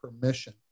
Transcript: permission